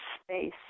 space